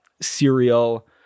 cereal